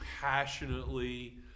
passionately